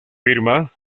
firma